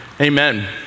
amen